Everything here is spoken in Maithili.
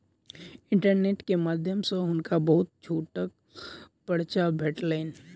इंटरनेट के माध्यम सॅ हुनका बहुत छूटक पर्चा भेटलैन